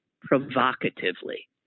provocatively